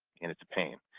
and it's a pain.